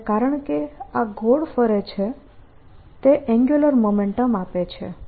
અને કારણકે આ ગોળ ફરે છે તે એન્ગ્યુલર મોમેન્ટમ આપે છે